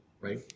right